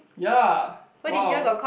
ya wow